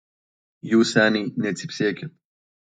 jūs seniai necypsėkit